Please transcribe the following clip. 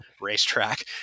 racetrack